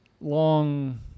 long